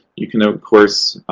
you can, of course,